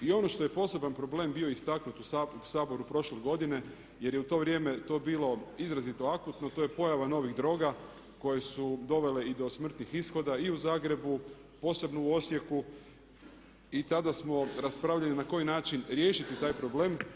I ono što je poseban problem bio istaknuti u Saboru prošle godine jer je u to vrijeme bilo izrazito akutno, to je pojava novih droga koje su dovele i do smrtnih ishoda i u Zagrebu, posebno u Osijeku i tada smo raspravljali na koji način riješiti taj problem.